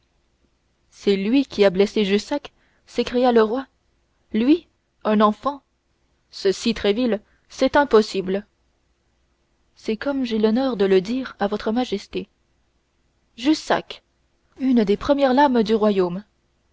c'est lui qui a blessé jussac s'écria le roi lui un enfant ceci tréville c'est impossible c'est comme j'ai l'honneur de le dire à votre majesté jussac une des premières lames du royaume